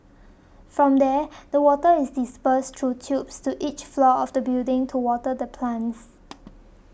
from there the water is dispersed through tubes to each floor of the building to water the plants